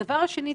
הדבר השני,